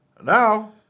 Now